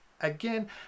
again